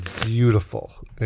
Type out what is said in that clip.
beautiful